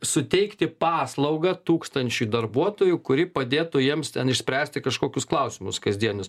suteikti paslaugą tūkstančiui darbuotojų kuri padėtų jiems ten išspręsti kažkokius klausimus kasdienius